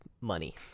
money